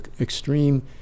extreme